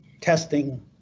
testing